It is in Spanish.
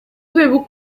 debut